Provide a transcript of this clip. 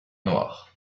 noir